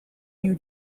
new